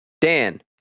dan